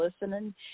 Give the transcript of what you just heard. listening